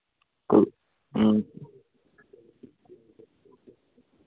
को